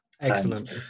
Excellent